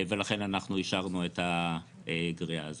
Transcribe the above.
ולכן אישרנו את הגריעה הזאת.